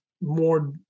more